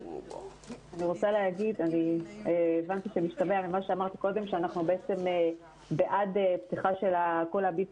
להגיד הבנתי שבמשתמע ממה שאמרת קודם שאנחנו בעד הפתיחה של הבלתי